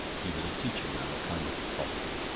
he was a teacher now, a kind of prophet.